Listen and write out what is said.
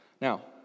Now